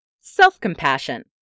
Self-compassion